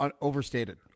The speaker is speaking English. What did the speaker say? overstated